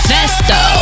Festo